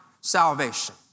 salvation